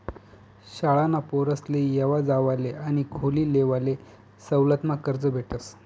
शाळाना पोरेसले येवा जावाले आणि खोली लेवाले सवलतमा कर्ज भेटस